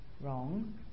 wrong